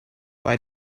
bei